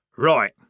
Right